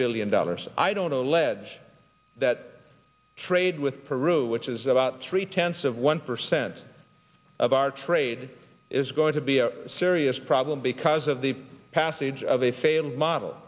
billion dollars i don't allege that trade with peru which is about three tenths of one percent of our trade is going to be a serious problem because of the passage of a failed model